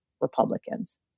Republicans